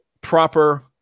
proper